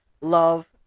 love